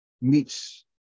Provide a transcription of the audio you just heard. meets